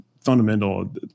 fundamental